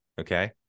Okay